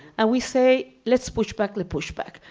and we say, let's pushback the pushback.